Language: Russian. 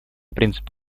принцип